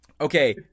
okay